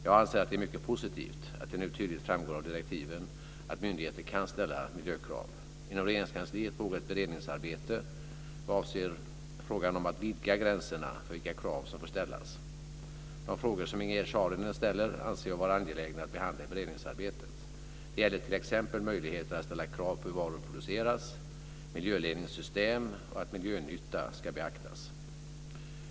Jag anser att det är mycket positivt att det nu tydligt framgår av direktiven att myndigheter kan ställa miljökrav. Inom Regeringskansliet pågår ett beredningsarbete vad avser frågan om att vidga gränserna för vilka krav som får ställas vid offentlig upphandling. De frågor som Ingegerd Saarinen ställer anser jag vara angelägna att behandla i beredningsarbetet. Det gäller t.ex. möjligheter att ställa krav på hur varor produceras, miljöledningssystem och att miljönytta ska beaktas.